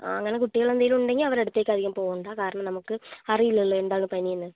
ആ അങ്ങനെ കുട്ടികളെന്തെങ്കിലും ഉണ്ടെങ്കിൽ അവരുടെ അടുത്തേക്ക് അധികം പോകണ്ട കാരണം നമുക്ക് അറിയില്ലല്ലോ എന്താണ് പനിയെന്ന്